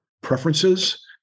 preferences